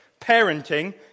parenting